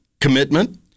commitment